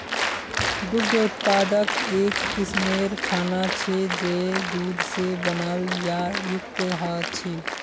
दुग्ध उत्पाद एक किस्मेर खाना छे जये दूध से बनाल या युक्त ह छे